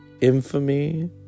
infamy